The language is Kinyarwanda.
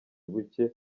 buke